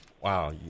Wow